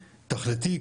תכליתי,